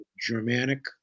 Germanic